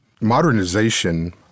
Modernization